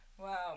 wow